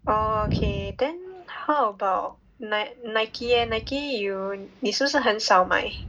oh okay then how about nik~ Nike leh Nike you 你是不是很少买